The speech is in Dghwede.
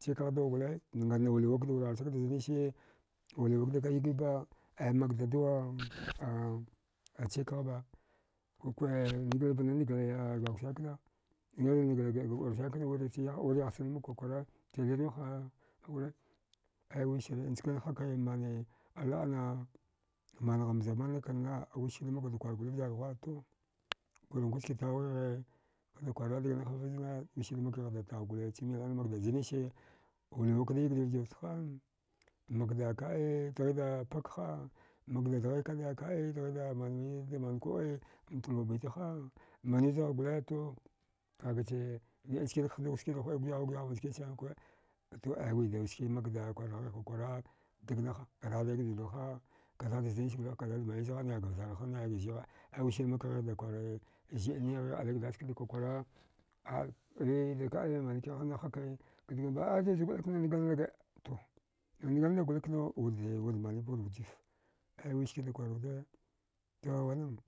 Chikgha duwa gole nganada wuliwa kaga wurarsagda zanise wuliwa kadaka yigiva ai makda duwa a achikghaba naghivana naghi a rbakw sana kna naghivana naghighe giɗga wudana sana kana wiryahchan mak kwakwara aya wisire nchkanhake mani alaɗna magham zamana kanna wirismakwada kwar goli vjarthuwa to gurankwaska taughige anakwara dagna havazna wisir makghighda tau gole chmilnana makda zinise wuliwa kda yagdi vjirfta ha. a magta kaɗe dghida pagha. a, makda dghikda kaɗe dghida manwe damankuɗe mtalwa bita ha. a manwi zagh gole to kagache gidan nkkane hinghe skida huɗe guyavghu guyavgha njkini sani nkuwa aito wida ski makda kwarghigh kwakwara dagnaha gadighda raɗndal ha. a kadighda zinis wuliwaha. a kadighda mawi zgha naiga vjarha naiga zighe ai wosirmaghighda kware zɗnighigh ali gdass kada kwakwara ai eh dakaɗda mankihagh na ha kae dghinaba ada zkɗil kana ngil naga to na ngil nag goli knau wud manava wud wujiva aya wiskada kwar wuda to wanan